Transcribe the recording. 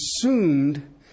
consumed